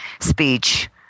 speech